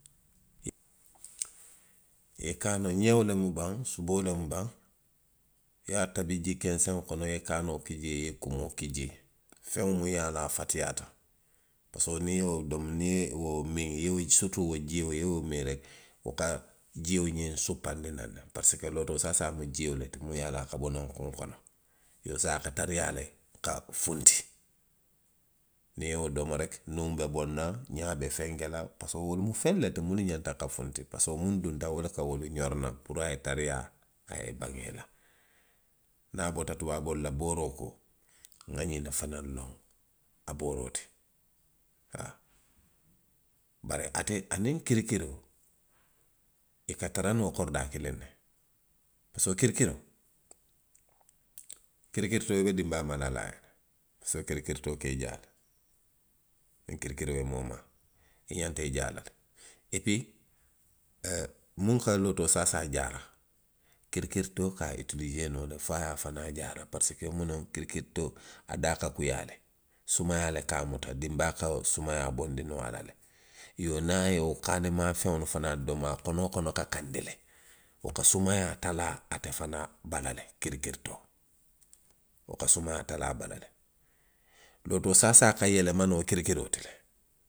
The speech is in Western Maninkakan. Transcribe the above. I, i ye kaanoo, ňeo lemu baŋ, suboo lemu baŋ. i ye a tabi jii kenseŋo kono. i ye kaanoo ki jee. i ye kumoo ki jee. feŋo muŋ ye a loŋ a fatiyaata parisiko niŋ i ye wo domo, i ye wo miŋ siritu i ye wo, wo jio i ye wo miŋ reki. wo ka jio ňiŋ suppandi naŋ ne. parisiko lootoo saasaa mu jio le ti. muŋ ye a loŋ a ka bo naŋ kowo kono. Iyoo saayiŋ a ka tariyaa le ka funti. Niŋ i ye wo domo reki. nuŋ be bonna, ňaa be fenke la, parisiko wolu mu feŋ ne ti munnu ňanta ka funti parisiko muŋ dunta. wo le ka wolu ňori naŋ puru a ye tariyaa, a ye baŋ i la. niŋ a bota tubaaboolu la booroo koo. nŋa ňinne fanaŋ loŋ, a booroo ti, haa. bari ate, aniŋ kirikiroo. i ka tara noo koridaa kiliŋ ne; parisiko kirikiroo. kirikiritoo i be dinbaa mala la, parisiko kirikitoo ka i jaa le. Niŋ kirikiroo ye moo maa, i ňanta i jaa la le; epii. ee muŋ ka lootoo saasaa jaara, kirikiritoo ka a itilisee noo fo a ye a fanaŋ jaara. Parisiko muŋ noŋ, kirikiritoo, a daa ka kuyaa le. Sumayaa le ka a muta. dinbaa ka sumayaa bondi noo a la le. Iyoo niŋ a ye wo kaani maa feŋolu fanaalu domo, a konoo kono ka kandi le. Wo ka sumaayaa talaa ate fanaŋ bala le, kirikiritoo, wo ka sumaayaa talaa a bala le. Lootoo saasaa ka yelema noo kirikiroo ti le.